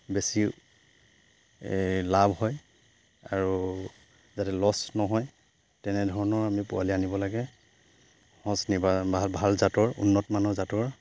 বেছি লাভ হয় আৰু যাতে লছ নহয় তেনেধৰণৰ আমি পোৱালি আনিব লাগে সঁচ নিবা ভাল জাতৰ উন্নত মানৰ জাতৰ